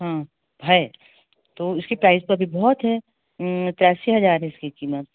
हाँ है तो इसकी प्राइस तो अभी बहुत है तिरासी हज़ार है इसकी कीमत